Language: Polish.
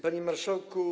Panie Marszałku!